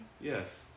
Yes